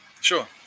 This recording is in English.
Sure